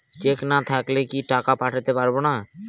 Check না থাকলে কি টাকা পাঠাতে পারবো না?